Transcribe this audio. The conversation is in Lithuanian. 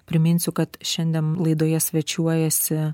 priminsiu kad šiandien laidoje svečiuojasi